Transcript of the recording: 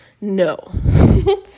No